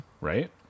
right